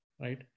right